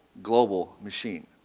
global machine.